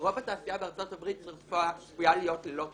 רוב התעשייה בארצות הברית צפויה להיות ללא כלובים.